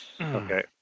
Okay